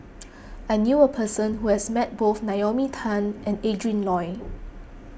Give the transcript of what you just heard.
I knew a person who has met both Naomi Tan and Adrin Loi